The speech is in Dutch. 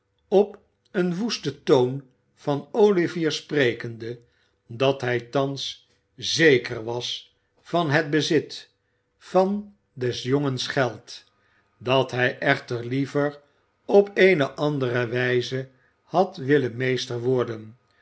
op een woesten toon van olivier sprekende dat hij thans zeker was van het bezit van des jongens geld dat hij echter liever op eene andere wijze had willen meester worden